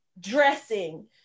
dressing